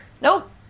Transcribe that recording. nope